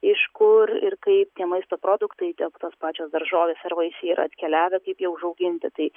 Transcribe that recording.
iš kur ir kaip tie maisto produktai tiek tos pačios daržovės ar vaisiai yra atkeliavę kaip jie užauginti tai